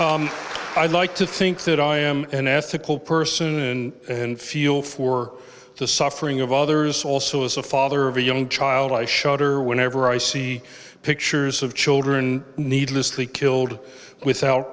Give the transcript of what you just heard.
i'd like to think that i am an ethical person and feel for the suffering of others also as a father of a young child i shudder whenever i see pictures of children needlessly killed without